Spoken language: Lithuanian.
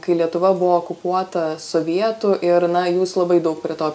kai lietuva buvo okupuota sovietų ir na jūs labai daug prie to